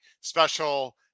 special